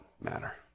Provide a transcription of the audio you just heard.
matter